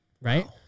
right